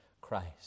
Christ